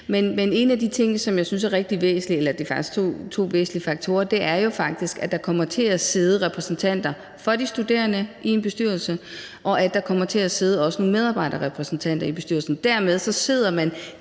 Men en af de ting, som jeg synes er rigtig væsentlig – eller det er faktisk to væsentlige faktorer – er, at der kommer til at sidde repræsentanter for de studerende i en bestyrelse, og at der også kommer til at sidde en medarbejderrepræsentant i bestyrelsen. Dermed sidder man